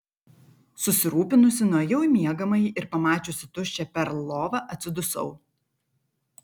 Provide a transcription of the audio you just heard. susirūpinusi nuėjau į miegamąjį ir pamačiusi tuščią perl lovą atsidusau